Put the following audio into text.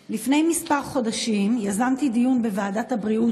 לפני מספר חודשים יזמתי דיון בוועדת הבריאות,